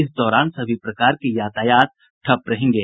इस दौरान सभी प्रकार के यातायात ठप्प रहेंगे